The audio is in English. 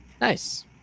Nice